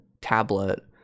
tablet